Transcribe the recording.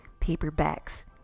paperbacks